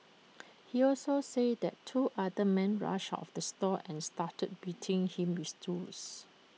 he also said that two other men rushed out of the store and started beating him with stools